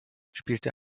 spielte